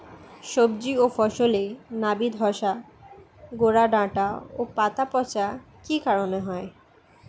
সবজি ও ফসলে নাবি ধসা গোরা ডাঁটা ও পাতা পচা কি কারণে হয়?